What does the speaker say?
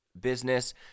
business